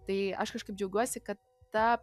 tai aš kažkaip džiaugiuosi kad ta